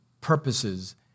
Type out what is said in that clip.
purposes